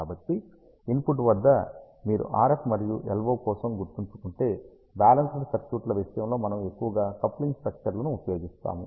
కాబట్టి ఇన్పుట్ వద్ద మీరు RF మరియు LO కోసం గుర్తుంచుకుంటే బ్యాలెన్స్ డ్ సర్క్యూట్ల విషయంలో మనము ఎక్కువగా కప్లింగ్ స్టక్చర్లను ఉపయోగిస్తాము